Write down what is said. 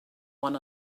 one